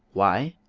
why?